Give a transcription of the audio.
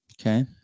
okay